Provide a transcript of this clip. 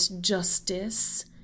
justice